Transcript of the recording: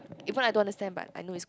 even I don't understand but I know it's good